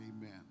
amen